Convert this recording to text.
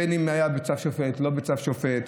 בין אם היה בצו שופט או לא בצו שופט.